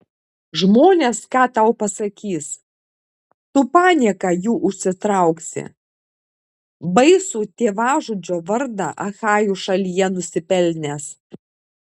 žmonės ką tau pasakys tu panieką jų užsitrauksi baisų tėvažudžio vardą achajų šalyje nusipelnęs